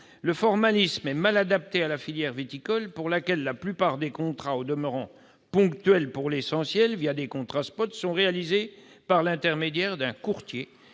Le formalisme est mal adapté à la filière viticole, pour laquelle la plupart des contrats, au demeurant ponctuels, pour l'essentiel, des contrats spot, sont réalisés par l'intermédiaire d'un courtier